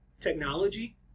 technology